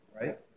Right